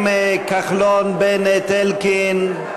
כחלון, בנט, אלקין,